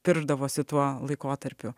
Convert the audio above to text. piršdavosi tuo laikotarpiu